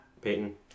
Peyton